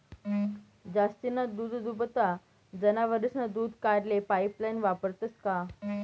जास्तीना दूधदुभता जनावरेस्नं दूध काढाले पाइपलाइन वापरतंस का?